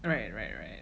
right right right